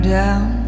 down